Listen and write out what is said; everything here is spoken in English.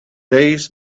days